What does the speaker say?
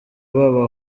babo